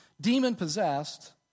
demon-possessed